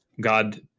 God